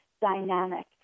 dynamic